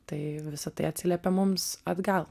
tai visa tai atsiliepia mums atgal